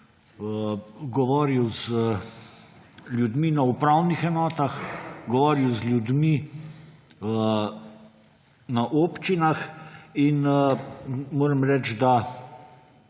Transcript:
govoril z ljudmi na upravnih enotah, govoril z ljudmi na občinah in moram reči, da